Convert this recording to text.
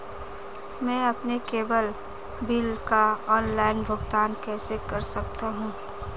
मैं अपने cable bill का ऑनलाइन भुगतान कैसे कर सकता हूं?